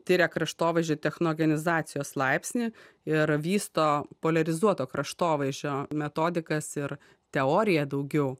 tiria kraštovaizdžio technogenizacijos laipsnį ir vysto poliarizuoto kraštovaizdžio metodikas ir teoriją daugiau